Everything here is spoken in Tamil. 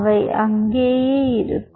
அவை அங்கேயே இருக்கும்